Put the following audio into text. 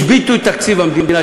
השביתו את תקציב המדינה,